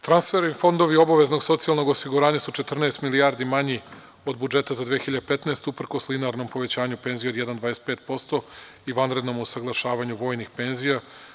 Transferi i fondovi obaveznog socijalnog osiguranja su 14 milijardi manji od budžeta za 2015. godinu, uprkos linearnom povećanju penzija od 1,25% i vanrednom usaglašavanju vojnih penzija.